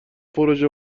پروزه